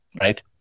Right